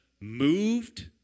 moved